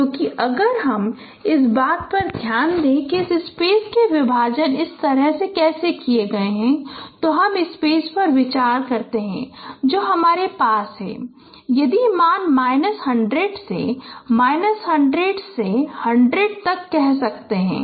क्योंकि अगर हम इस बात पर ध्यान दें कि इस स्पेस के विभाजन इस तरह से कैसे किए गए हैं तो हम स्पेस पर विचार करते हैं जो हमारे पास है यदि मान माइनस 100 से माइनस 100 से 100 तक कह सकते हैं